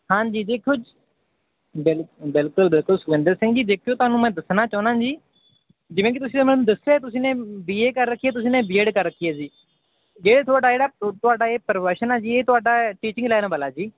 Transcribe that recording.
ਹਾਂਜੀ ਦੇਖੋ ਜ ਬਿਲ ਬਿਲਕੁਲ ਬਿਲਕੁਲ ਸੁਖਵਿੰਦਰ ਸਿੰਘ ਜੀ ਦੇਖਿਓ ਤੁਹਾਨੂੰ ਮੈਂ ਦੱਸਣਾ ਚਾਹੁੰਦਾ ਜੀ ਜਿਵੇਂ ਕਿ ਤੁਸੀਂ ਤਾਂ ਮੈਨੂੰ ਦੱਸਿਆ ਤੁਸੀਂ ਨੇ ਬੀ ਏ ਕਰ ਰੱਖੀ ਤੁਸੀਂ ਨੇ ਬੀਐਡ ਕਰ ਰੱਖੀ ਹੈ ਜੀ ਜੇ ਤੁਹਾਡਾ ਜਿਹੜਾ ਤੁਹਾਡਾ ਇਹ ਪ੍ਰਵੈਸ਼ਨ ਹੈ ਜੀ ਇਹ ਤੁਹਾਡਾ ਟੀਚਿੰਗ ਲੈਨ ਵਾਲਾ ਜੀ